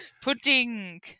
pudding